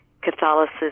Catholicism